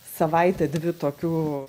savaitė dvi tokių